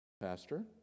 Pastor